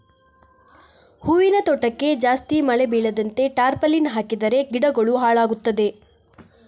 ಹೂವಿನ ತೋಟಕ್ಕೆ ಜಾಸ್ತಿ ಮಳೆ ಬೀಳದಂತೆ ಟಾರ್ಪಾಲಿನ್ ಹಾಕಿದರೆ ಗಿಡಗಳು ಹಾಳಾಗುತ್ತದೆಯಾ?